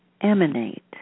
emanate